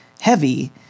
heavy